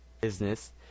business